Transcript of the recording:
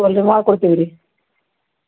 ಹಾಂ ಮಾಡಿರಿ ಮಾಡಿರಿ ಕಳ್ಸ್ಕೊಡ್ತೀನಿ ನಾನು